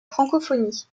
francophonie